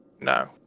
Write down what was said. No